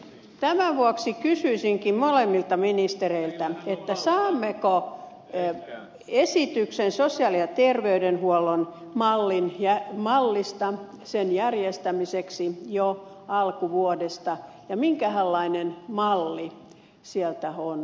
tämän vuoksi kysyisinkin molemmilta ministereiltä saammeko esityksen sosiaali ja terveydenhuollon mallista sen järjestämiseksi jo alkuvuodesta ja minkähänlainen malli sieltä on tulossa